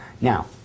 Now